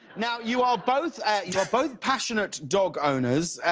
now you are both yeah both passionate dog owners.